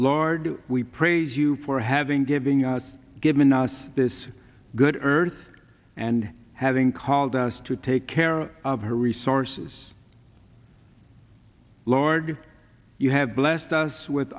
lord we praise you for having giving us given us this good earth and having called us to take care of her resources lord you have blessed us with